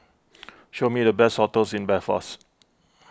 show me the best hotels in Belfast